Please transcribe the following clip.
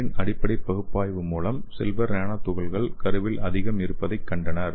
கருவின் அடிப்படை பகுப்பாய்வு மூலம் சில்வர் நானோ துகள்கள் கருவில் அதிகம் இருப்பதைக் கண்டார்கள்